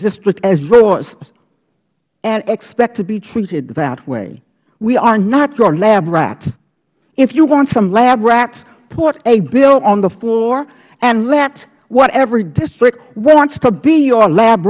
district as yours and expect to be treated that way we are not your lab rats if you want some lab rats put a bill on the floor and let whatever district wants to be your lab